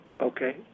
Okay